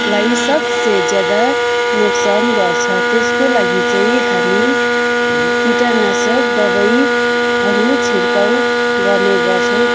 लाई सबसे ज्यादा नोक्सान गर्छ त्यसको लागि चाहिँ हामी कीटनाशक दबाईहरू छिर्काउँ गर्ने गर्छौँ